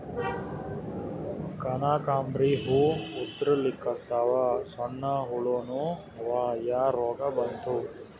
ಕನಕಾಂಬ್ರಿ ಹೂ ಉದ್ರಲಿಕತ್ತಾವ, ಸಣ್ಣ ಹುಳಾನೂ ಅವಾ, ಯಾ ರೋಗಾ ಬಂತು?